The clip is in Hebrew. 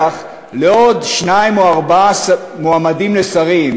לעוד שניים או ארבעה מועמדים לשרים,